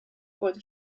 bod